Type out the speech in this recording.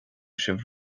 sibh